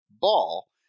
ball